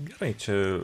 gerai čia